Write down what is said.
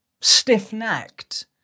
Stiff-necked